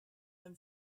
than